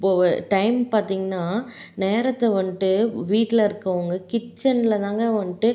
இப்போ டைம் பார்த்தீங்கன்னா நேரத்தை வந்துட்டு வீட்டில இருக்கவங்கள் கிச்சன்ல தாங்க வந்துட்டு